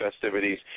festivities